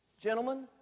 Gentlemen